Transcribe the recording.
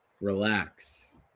relax